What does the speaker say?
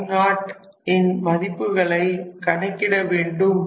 I0 ன் மதிப்புகளை கணக்கிட வேண்டும்